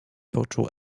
poczuł